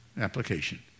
application